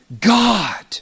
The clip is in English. God